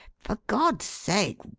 for god's sake,